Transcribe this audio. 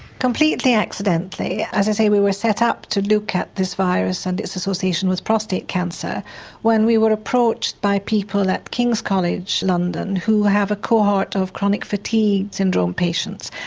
completely accidentally, as i say we were set up to look at this virus and its association with prostate cancer when we were approached by people at king's college london who have a cohort of chronic fatigue syndrome patients.